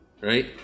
right